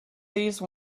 these